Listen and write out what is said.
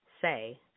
Say